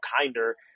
kinder